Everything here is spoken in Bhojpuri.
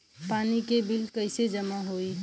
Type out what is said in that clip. पानी के बिल कैसे जमा होयी?